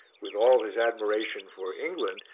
with all his admiration for england,